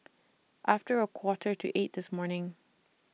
after A Quarter to eight This morning